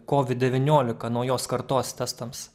kovid devyniolika naujos kartos testams